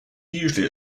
usually